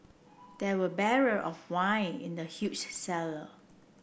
there were barrel of wine in the huge cellar